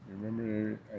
Remember